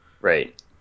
Right